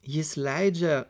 jis leidžia